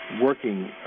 working